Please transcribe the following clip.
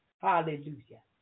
Hallelujah